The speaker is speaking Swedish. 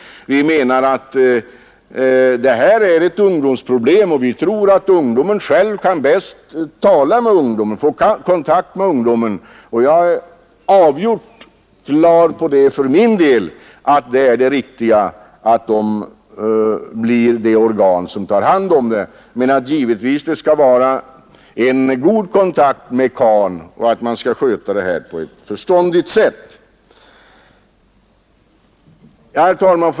Vi menar att detta är ett ungdomsproblem, och vi tror att ungdomen själv kan bäst tala med och få kontakt med ungdomen. För min del har jag klart för mig att ungdomsrådet bör få anslaget, men det skall givetvis vara en god kontakt med CAN och man skall sköta denna fråga på ett förståndigt sätt.